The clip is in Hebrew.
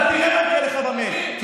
אתה תראה מה יקרה לך במייל, תביא.